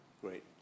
great